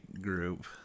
Group